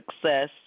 success